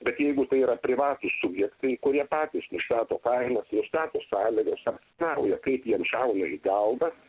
bet jeigu tai yra privatūs subjektai kurie patys išrado kainas jie stato sąlygas šiam karui kaip jiems šauna į galvas